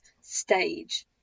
stage